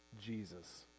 Jesus